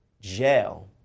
jail